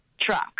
truck